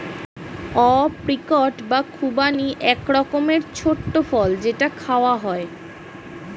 apricot বা খুবানি এক রকমের ছোট্ট ফল যেটা খাওয়া হয়